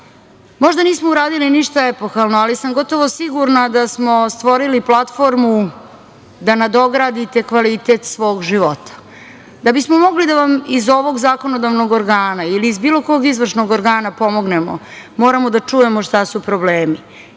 možda nismo uradili ništa epohalno, ali sam gotovo sigurna da smo stvorili platformu da nadogradite kvalitet svog života. Da bismo mogli da vam iz ovog zakonodavnog organa ili iz bilo kog izvršnog organa pomognemo, moramo da čujemo šta su problemi,